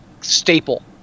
staple